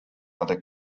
other